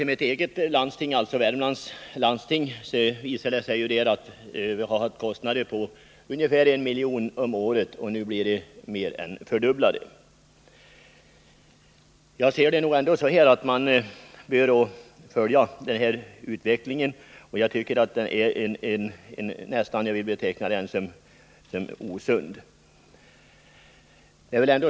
Mitt eget landsting, Värmlands läns landsting, har haft kostnader för röntgenfilm på ungefär 1 milj.kr. om året. Nu blir dessa kostnader mer än fördubblade. Denna prisutveckling, som jag nästan vill beteckna som osund, bör ändå uppmärksamt följas.